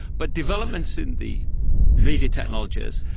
but developments in the media technologies